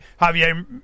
Javier